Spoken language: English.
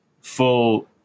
full